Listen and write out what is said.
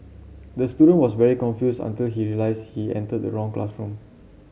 the student was very confused until he realised he entered the wrong classroom